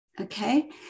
Okay